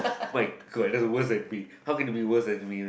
oh my god that's worse than me how can it be worse than me right